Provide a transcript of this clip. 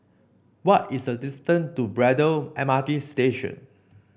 what is the distance to Braddell M R T Station